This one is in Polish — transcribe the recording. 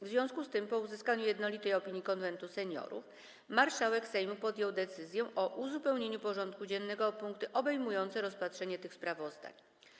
W związku z tym, po uzyskaniu jednolitej opinii Konwentu Seniorów, marszałek Sejmu podjął decyzję o uzupełnieniu porządku dziennego o punkty obejmujące rozpatrzenie tych sprawozdań.